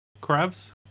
crabs